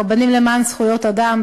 "רבנים למען זכויות אדם",